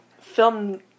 film